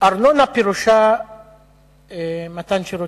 ארנונה פירושה מתן שירותים.